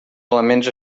elements